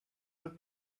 the